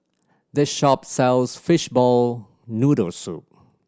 this shop sells fishball noodle soup